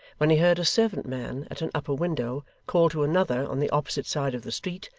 when he heard a servant-man at an upper window call to another on the opposite side of the street,